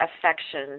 affection